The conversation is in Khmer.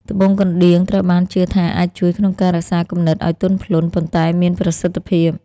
ត្បូងកណ្ដៀង ត្រូវបានជឿថាអាចជួយក្នុងការរក្សាគំនិតឲ្យទន់ភ្លន់ ប៉ុន្តែមានប្រសិទ្ធភាព។